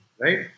right